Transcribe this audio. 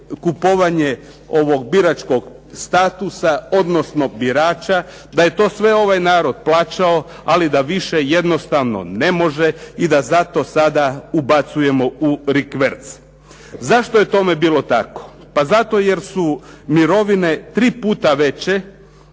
kupovanje ovog biračkog statusa, odnosno birača, da je to sve ovaj narod plaćao ali da više jednostavno ne može i da zato sada ubacujemo u rikverc. Zašto je tome bilo tako? Pa zato jer su mirovine tri puta veće.